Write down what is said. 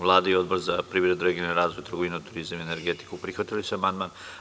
Vlada i Odbor za privredu, regionalni razvoj, trgovinu, turizam i energetiku prihvatili su amandman.